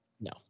no